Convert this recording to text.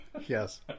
yes